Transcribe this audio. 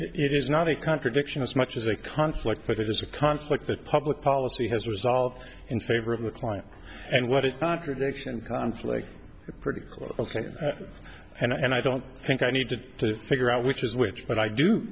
it is not a contradiction as much as a conflict but it is a conflict that public policy has resolved in favor of the client and what it contradiction conflicts pretty close ok and i don't think i need to figure out which is which but i do